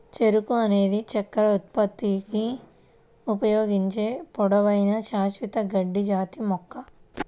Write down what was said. చెరకు అనేది చక్కెర ఉత్పత్తికి ఉపయోగించే పొడవైన, శాశ్వత గడ్డి జాతి మొక్క